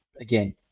again